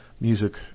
music